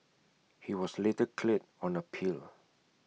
he was later cleared on appeal